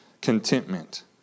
contentment